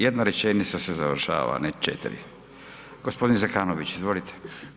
Jedna rečenica se završava, a ne 4. Gospodin Zekanović, izvolite.